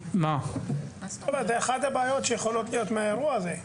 זאת אחת הבעיות שיכולות להיות מהאירוע הזה,